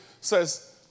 says